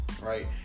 Right